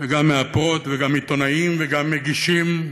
וגם מאפרות, וגם עיתונאים, וגם מגישים,